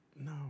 no